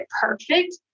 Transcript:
perfect